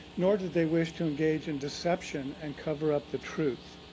nor did they wish to engage in deception and cover up the truth.